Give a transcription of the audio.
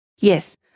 Yes